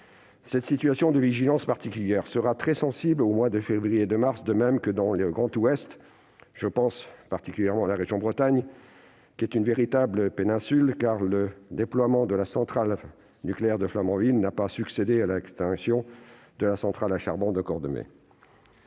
Cette situation de « vigilance particulière » sera très sensible aux mois de février et de mars prochains, de même que dans le Grand Ouest. Je pense en particulier à la région Bretagne, véritable « péninsule électrique »: le déploiement de la centrale nucléaire de Flamanville n'a pas succédé à l'extinction de la centrale à charbon de Cordemais.